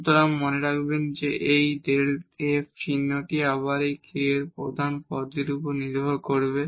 সুতরাং মনে রাখবেন যে এই Δ f এর চিহ্নটি আবার এই k এর এই প্রধান পদটির উপর নির্ভর করবে